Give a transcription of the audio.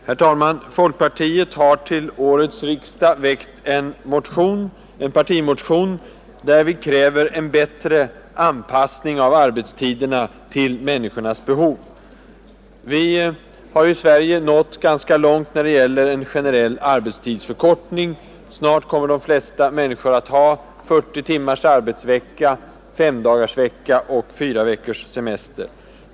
Herr talman! Folkpartiet har till årets riksdag väckt en partimotion för en bättre anpassning av arbetstiderna till människornas behov. Vi har i Sverige nått ganska långt när det gäller en generell 145 arbetstidsförkortning. Snart kommer de flesta människor att ha 40 timmars arbetsvecka, femdagarsvecka och 4 veckors semester.